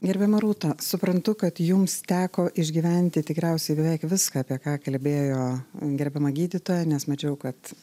gerbiama rūta suprantu kad jums teko išgyventi tikriausiai beveik viską apie ką kalbėjo gerbiama gydytoja nes mačiau kad